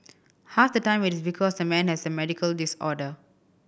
half the time it is because the man has a medical disorder